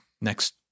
next